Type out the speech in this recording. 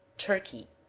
turkey.